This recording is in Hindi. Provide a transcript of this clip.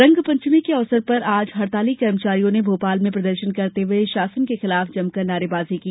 रंगपंचमी के अवसर पर आज हड़ताली कर्मचारियों ने भोपाल में प्रदर्शन करते हुए शासन के खिलाफ जमकर नारेबाजी की